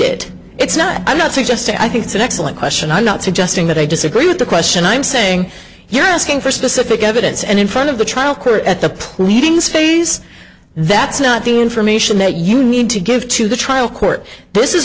pleaded it's not i'm not suggesting i think it's an excellent question i'm not suggesting that i disagree with the question i'm saying here asking for specific evidence and in front of the trial court at the pleadings phase that's not the information that you need to give to the trial court this is